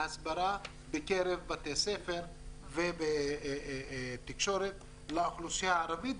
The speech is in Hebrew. -- והסברה בקרב בתי ספר ובתקשורת לאוכלוסייה הערבית.